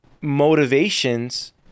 motivations